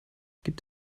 gibt